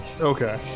Okay